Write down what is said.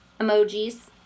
emojis